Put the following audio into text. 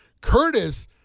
Curtis